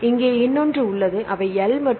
இங்கே இன்னொன்று உள்ளது அவை L மற்றும் V